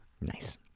Nice